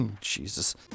Jesus